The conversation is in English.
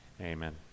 Amen